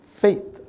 faith